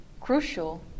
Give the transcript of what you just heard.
crucial